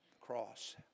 cross